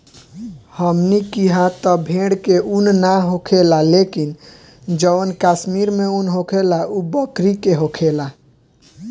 हमनी किहा त भेड़ के उन ना होखेला लेकिन जवन कश्मीर में उन होखेला उ बकरी के होखेला